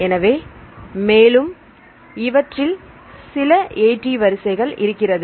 எனவே மேலும் இவற்றில் சில AT வரிசைகள் இருக்கிறது